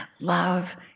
love